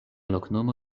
loknomo